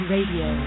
Radio